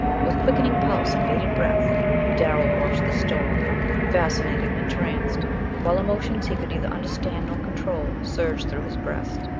with quickening pulse and bated breath darrell watched the storm fascinated, entranced while emotions he could neither understand nor control surged through his breast.